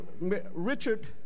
Richard